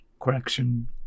correction